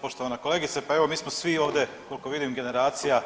Poštovana kolegice, pa evo mi smo svi ovdje koliko vidim generacija